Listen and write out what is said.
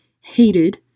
hated